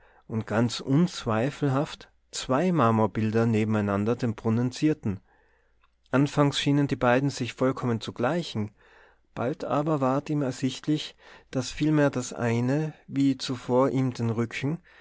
und ganz unzweifelhaft zwei marmorbilder nebeneinander den brunnen zierten anfangs schienen die beiden sich vollkommen zu gleichen bald aber ward ihm ersichtlich daß vielmehr das eine wie zuvor ihm den rücken